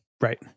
Right